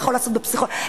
בפסיכולוגיה,